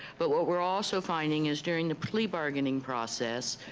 but what we're also finding is during the plea bargaining process,